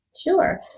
Sure